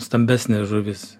stambesnė žuvis